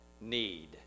need